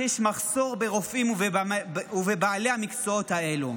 שיש מחסור ברופאים ובבעלי המקצועות האלה.